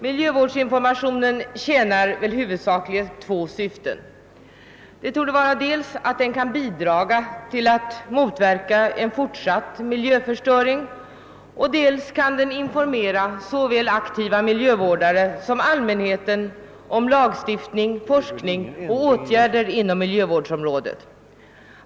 Miljövårdsinformationen tjänar huvudsakligen två syften: dels kan den bidra till att motverka en fortsatt miljöförstöring, dels kan den informera såväl aktiva miljö vårdare som allmänheten om lagstiftning, forskning och åtgärder inom miljövården.